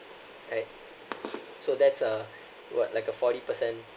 right so that's uh what like a forty percent